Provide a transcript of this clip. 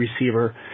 receiver